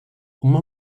uma